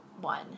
one